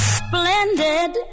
splendid